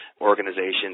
organizations